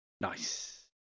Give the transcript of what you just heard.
Nice